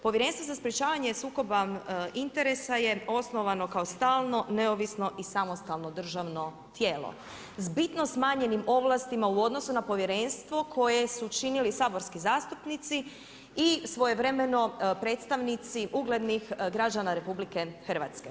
Povjerenstvo za sprječavanje sukoba interesa je osnovano kao stalno, neovisno i samostalno državno tijelo s bitno smanjenim ovlastima u odnosu na povjerenstvo koje su činili saborski zastupnici i svojevremeno predstavnici uglednih građana RH.